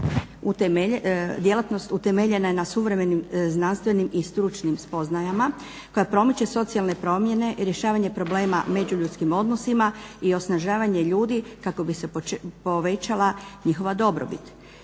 djelatnost. Utemeljena je na suvremenim znanstvenim i stručnim spoznajama koja promiče socijalne promjene i rješavanje problema u međuljudskim odnosima i osnažavanje ljudi kako bi se povećala njihova dobrobit.